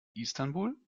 istanbul